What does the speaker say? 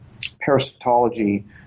parasitology